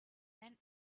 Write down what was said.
when